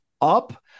up